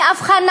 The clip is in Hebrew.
היא הבחנה,